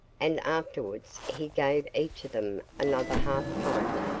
and afterwards he gave each of them another half pint.